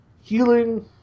healing